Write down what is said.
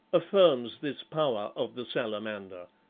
affirms this power of the salamander.